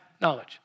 knowledge